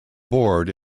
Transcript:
board